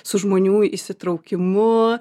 su žmonių įsitraukimu